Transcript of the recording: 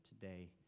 today